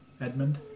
Edmund